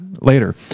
later